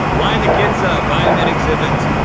line the kids up, i'm an exhibit.